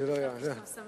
אני חשבתי שאתה מסמן לי.